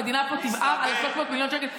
המדינה פה תבער על 300 מיליון שקל.